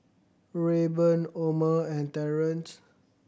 Rayburn Omer and Terence